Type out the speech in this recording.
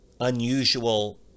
unusual